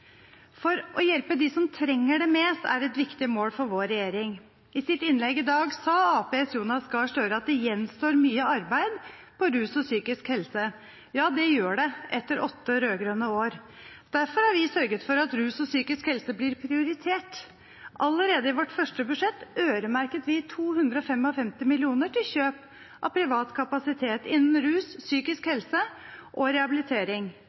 det å hjelpe dem som trenger det mest, er et viktig mål for vår regjering. I sitt innlegg i dag sa Arbeiderpartiets Jonas Gahr Støre at det gjenstår mye arbeid på rus og psykisk helse. Ja, det gjør det etter åtte rød-grønne år. Derfor har vi sørget for at rus og psykisk helse blir prioritert. Allerede i vårt første budsjett øremerket vi 255 mill. kr til kjøp av privat kapasitet innen rus, psykisk helse og rehabilitering.